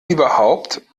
überhaupt